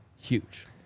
huge